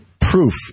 proof